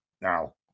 Now